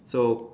so